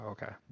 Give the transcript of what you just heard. Okay